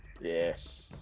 Yes